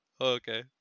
Okay